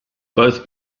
both